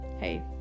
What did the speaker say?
hey